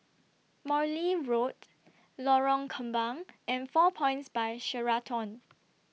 Morley Road Lorong Kembang and four Points By Sheraton